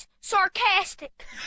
sarcastic